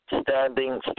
standing